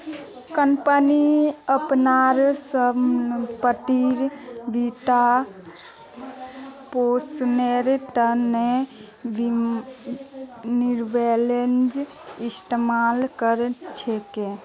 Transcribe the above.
company अपनार संपत्तिर वित्तपोषनेर त न लीवरेजेर इस्तमाल कर छेक